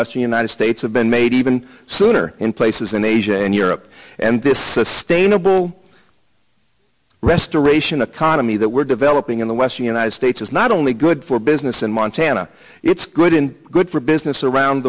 western united states have been made even sooner in places in asia and europe and this sustainable restoration a commie that we're developing in the western united states is not only good for business in montana it's good and good for business around